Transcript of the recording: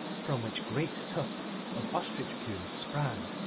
from which great tufts of ostrich plumes sprang,